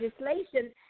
legislation